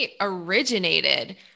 originated